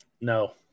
No